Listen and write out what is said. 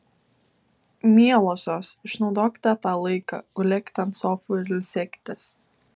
mielosios išnaudokite tą laiką gulėkite ant sofų ir ilsėkitės